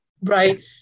right